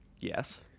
yes